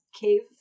cave